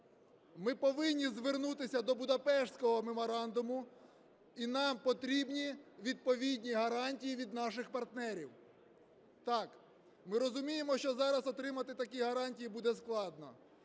Ми повинні звернутися до Будапештського меморандуму і нам потрібні відповідні гарантії від наших партнерів. Так, ми розуміємо, що зараз отримати такі гарантії буде складно,